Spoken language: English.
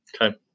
Okay